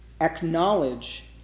acknowledge